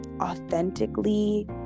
authentically